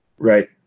Right